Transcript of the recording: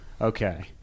Okay